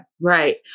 Right